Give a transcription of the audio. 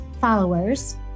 followers